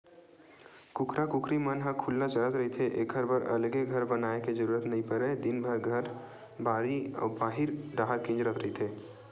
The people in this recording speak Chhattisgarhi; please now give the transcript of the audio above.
कुकरा कुकरी मन ह खुल्ला चरत रहिथे एखर बर अलगे घर बनाए के जरूरत नइ परय दिनभर घर, बाड़ी अउ बाहिर डाहर किंजरत रहिथे